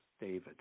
David